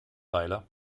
weiler